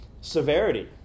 severity